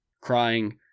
crying